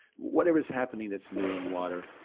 whatever is happening that's new in water,